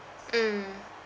mm